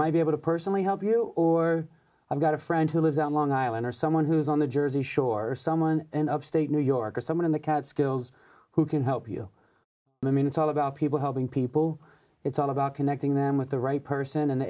might be able to personally help you or i've got a friend who lives on long island or someone who's on the jersey shore or someone in upstate new york or someone in the catskills who can help you mean it's all about people helping people it's all about connecting them with the right person in the